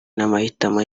n’amahitamo